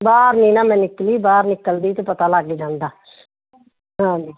ਬਾਹਰ ਨਹੀਂ ਨਾ ਮੈਂ ਨਿਕਲੀ ਬਾਹਰ ਨਿਕਲਦੀ ਤਾਂ ਪਤਾ ਲੱਗ ਜਾਂਦਾ ਹਾਂਜੀ